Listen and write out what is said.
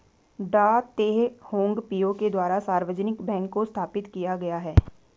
डॉ Teh Hong Piow के द्वारा सार्वजनिक बैंक को स्थापित किया गया है